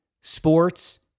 sports